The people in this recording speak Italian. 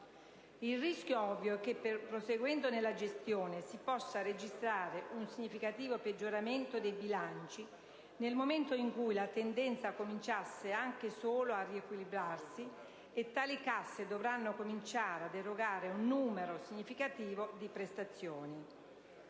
Il rischio ovvio è che, proseguendo nella gestione, si possa registrare un significativo peggioramento dei bilanci, nel momento in cui la tendenza cominciasse anche solo a riequilibrarsi e tali casse dovranno cominciare ad erogare un numero significativo di prestazioni.